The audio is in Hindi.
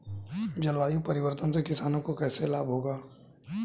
जलवायु परिवर्तन से किसानों को कैसे लाभ होगा?